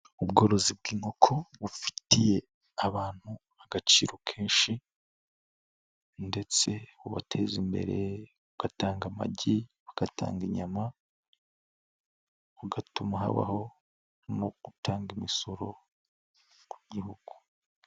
Ubworozi bw'inkoko bufitiye abantu agaciro kenshi, ndetse ubateza imbere ugatanga amagi, bugatanga inyama, bugatuma habaho no gutanga imisoro ku gihgu.